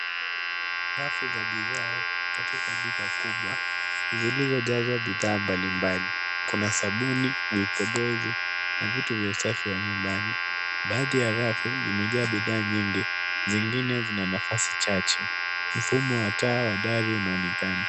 Rafu za bidhaa katika duka kubwa zilizojazwa bidhaa mbalimbali. Kuna sabuni, vipodozi na vitu vya usafi wa nyumbani, baadhi ya rafu vimejaa bidhaa nyingi zingine zina nafasi chache. Mfumo wa taa wa dari unaonekana.